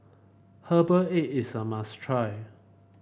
Herbal Egg is a must try